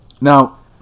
Now